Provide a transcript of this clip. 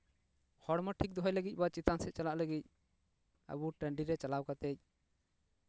ᱦᱚᱲᱢᱚ ᱴᱷᱤᱠ ᱫᱚᱦᱚᱭ ᱞᱟᱹᱜᱤᱫ ᱵᱟ ᱪᱮᱛᱟᱱ ᱥᱮᱫ ᱪᱟᱞᱟᱜ ᱞᱟᱹᱜᱤᱫ ᱟᱵᱚ ᱴᱟᱺᱰᱤ ᱨᱮ ᱪᱟᱞᱟᱣ ᱠᱟᱛᱮᱜ